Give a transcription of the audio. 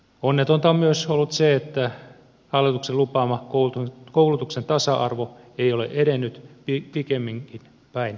onnetonta on ollut myös se että hallituksen lupaama koulutuksen tasa arvo ei ole edennyt pikemminkin päinvastoin